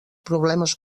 problemes